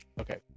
okay